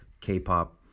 K-pop